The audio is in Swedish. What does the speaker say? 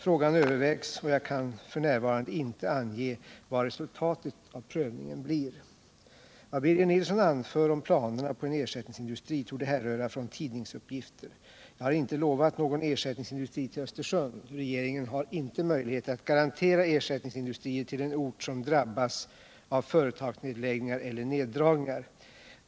Frågan övervägs, och jag kan f.n. inte ange vad resultatet av prövningen blir. Vad Birger Nilsson anför om planerna på en ersättningsindustri torde härröra från tidningsuppgifter. Jag har inte lovat någon ersättningsindustri till Östersund. Regeringen har inte möjligheter att garantera ersättningsindustrier till en ort som drabbas av företagsnedläggningar eller neddragningar.